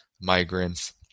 migrants